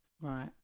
Right